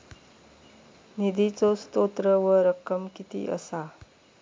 निधीचो स्त्रोत व रक्कम कीती असा?